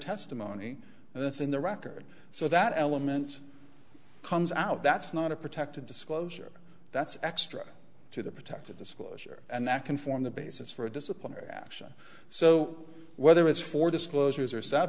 testimony and that's in the record so that element comes out that's not a protected disclosure that's extra to the protected disclosure and that can form the basis for a disciplinary action so whether it's for disclosure